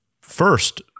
first